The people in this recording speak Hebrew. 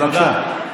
בבקשה.